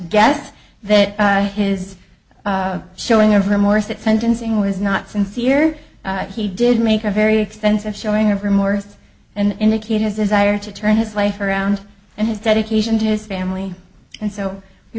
guess that his showing of remorse at sentencing was not sincere and he did make a very expensive showing of remorse and indicate his desire to turn his life around and his dedication to his family and so